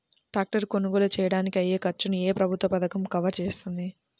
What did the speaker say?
Tractor కొనుగోలు చేయడానికి అయ్యే ఖర్చును ఏ ప్రభుత్వ పథకం కవర్ చేస్తుంది?